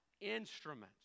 Instruments